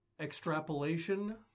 extrapolation